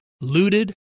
looted